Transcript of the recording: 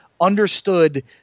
understood